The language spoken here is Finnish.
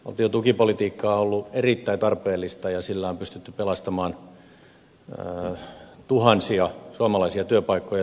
valtion tukipolitiikka on ollut erittäin tarpeellista ja sillä on pystytty pelastamaan tuhansia suomalaisia työpaikkoja ja satoja yrityksiä